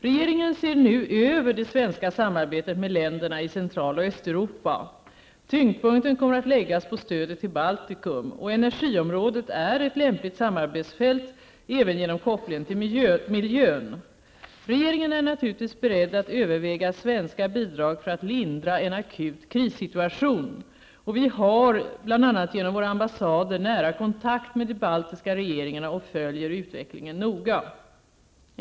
Regeringen ser nu över det svenska samarbetet med länderna i Central och Östeuropa. Tyngdpunkten kommer att läggas på stödet till Baltikum. Energiområdet är ett lämpligt samarbetsfält, även genom kopplingen till miljön. Regeringen är naturligtvis beredd att överväga svenska bidrag för att lindra en akut krissituation. Vi har bl.a. genom våra ambassader nära kontakt med de baltiska regeringarna och följer utveckligen noga.